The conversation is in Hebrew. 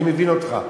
אני מבין אותך.